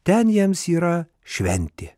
ten jiems yra šventė